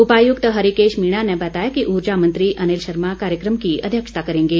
उपायुक्त हरिकेश मीणा ने बताया कि ऊर्जा मंत्री अनिल शर्मा कार्यक्रम की अध्यक्षता करेंगे